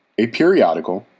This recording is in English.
a periodical,